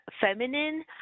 feminine